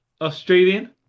Australian